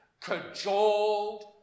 cajoled